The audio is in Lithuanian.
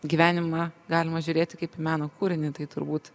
į gyvenimą galima žiūrėti kaip į meno kūrinį tai turbūt